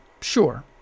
Sure